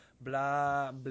blah